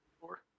Four